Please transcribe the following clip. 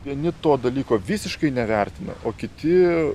vieni to dalyko visiškai nevertina o kiti